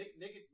Naked